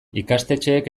ikastetxeek